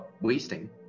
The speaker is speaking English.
wasting